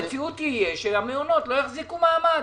המציאות תהיה שהמעונות לא יחזיקו מעמד.